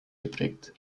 geprägt